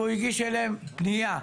הוא הגיש אליהם פנייה,